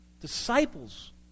disciples